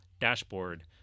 dashboard